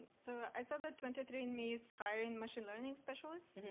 so i saw that twenty three andme is hiring machine learning specialists.